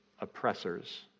oppressors